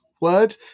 word